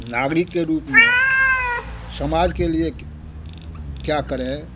नागरिक के रूप में समाज के लिए क्या करें